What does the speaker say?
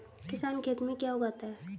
किसान खेत में क्या क्या उगाता है?